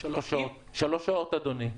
-- שלוש שעות אדוני.